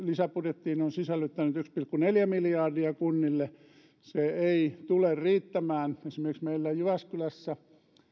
lisäbudjettiin sisällyttänyt yksi pilkku neljä miljardia kunnille se ei tule riittämään esimerkiksi meillä jyväskylässä